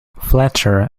fletcher